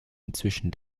inzwischen